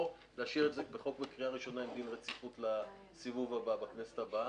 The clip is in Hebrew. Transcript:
או להשאיר את החוק בקריאה ראשונה לדין רציפות לכנסת הבאה.